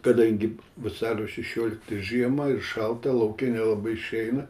kadangi vasario šešiolikta žiemą ir šalta lauke nelabai išeina